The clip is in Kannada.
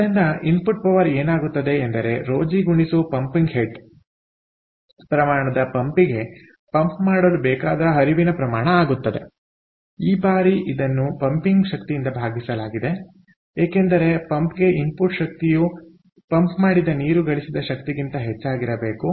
ಆದ್ದರಿಂದ ಇನ್ಪುಟ್ ಪವರ್ ಏನಾಗುತ್ತದೆ ಎಂದರೆ ρ g ಗುಣಿಸು ಪಂಪಿಂಗ್ ಹೆಡ್ ಪ್ರಮಾಣದ ಪಂಪಿಗೆ ಪಂಪ್ ಮಾಡಲು ಬೇಕಾದ ಹರಿವಿನ ಪ್ರಮಾಣ ಆಗುತ್ತದೆ ಈ ಬಾರಿ ಇದನ್ನು ಪಂಪಿಂಗ್ ಶಕ್ತಿಯಿಂದ ಭಾಗಿಸಲಾಗಿದೆ ಏಕೆಂದರೆ ಪಂಪ್ಗೆ ಇನ್ಪುಟ್ ಶಕ್ತಿಯು ಪಂಪ್ ಮಾಡಿದ ನೀರು ಗಳಿಸಿದ ಶಕ್ತಿಗಿಂತ ಹೆಚ್ಚಾಗಿರಬೇಕು